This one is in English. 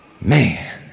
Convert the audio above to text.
Man